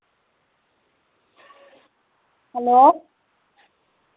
hello